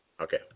Okay